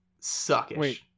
suckish